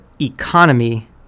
economy